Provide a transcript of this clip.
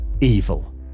evil